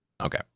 Okay